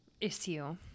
issue